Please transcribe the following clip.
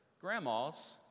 Grandma's